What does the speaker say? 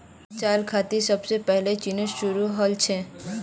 चायेर खेती सबसे पहले चीनत शुरू हल छीले